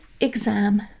exam